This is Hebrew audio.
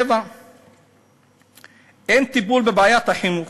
7. אין טיפול בבעיית החינוך.